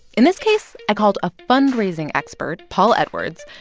in this case, i called a fundraising expert, paul edwards,